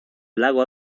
lago